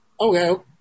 okay